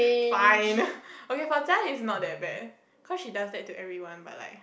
fine okay for that is not that bad cause she does that to everyone but like